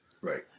Right